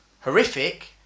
horrific